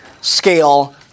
scale